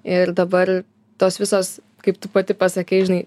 ir dabar tos visos kaip tu pati pasakei žinai